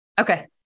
Okay